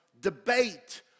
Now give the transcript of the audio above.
debate